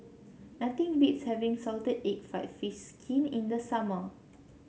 nothing beats having Salted Egg fried fish skin in the summer